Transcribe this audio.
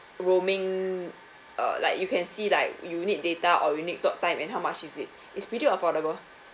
roaming err like you can see like you need data or you need talk time and how much is it it's pretty affordable